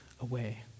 away